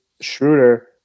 Schroeder